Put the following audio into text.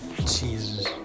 Jesus